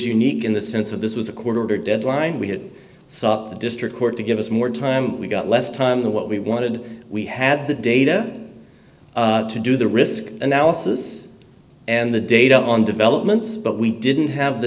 unique in the sense of this was a court order deadline we had sought the district court to give us more time we got less time to what we wanted we had the data to do the risk analysis and the data on developments but we didn't have the